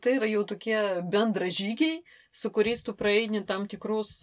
tai yra jau tokie bendražygiai su kuriais tu praeini tam tikrus